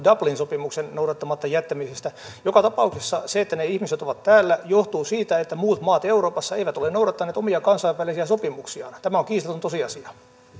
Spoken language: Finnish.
dublin sopimuksen noudattamatta jättämisestä joka tapauksessa se että ne ihmiset ovat täällä johtuu siitä että muut maat euroopassa eivät ole noudattaneet omia kansainvälisiä sopimuksiaan tämä on kiistaton tosiasia